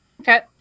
Okay